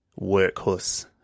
workhorse